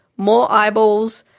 more eyeballs,